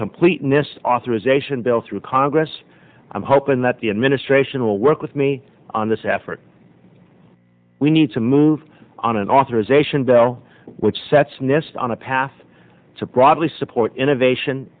completeness authorization bill through congress i'm hoping that the administration will work with me on this effort we need to move on an authorization bill which sets nest on a path to broadly support innovation